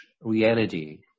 reality